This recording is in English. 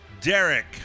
Derek